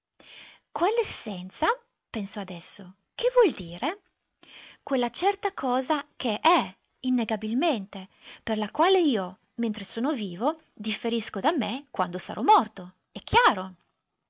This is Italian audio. tedesco quell'essenza pensò adesso che vuol dire quella certa cosa che è innegabilmente per la quale io mentre sono vivo differisco da me quando sarò morto è chiaro